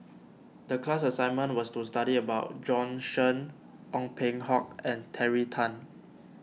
the class assignment was to study about Bjorn Shen Ong Peng Hock and Terry Tan